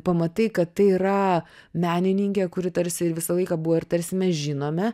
pamatai kad tai yra menininkė kuri tarsi ir visą laiką buvo ir tarsi mes žinome